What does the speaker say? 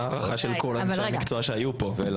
הערכה של כל אני המקצוע שהיו פה.